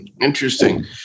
interesting